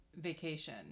vacation